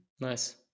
Nice